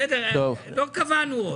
בסדר, לא קבענו עוד.